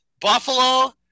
Buffalo